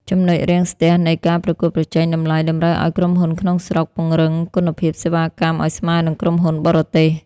ចំណុចរាំងស្ទះនៃ "ការប្រកួតប្រជែងតម្លៃ" តម្រូវឱ្យក្រុមហ៊ុនក្នុងស្រុកពង្រឹងគុណភាពសេវាកម្មឱ្យស្មើនឹងក្រុមហ៊ុនបរទេស។